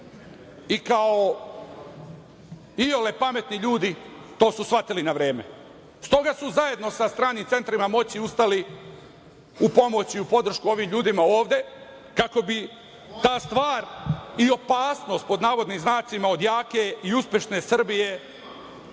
i kao iole pametni ljudi to su shvatili na vreme. Stoga su zajedno sa stranim centrima moći ustali u pomoć i u podršku ovim ljudima ovde kako bi ta stvar i opasnost, pod navodnim znacima, od jake i uspešne Srbije